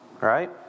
right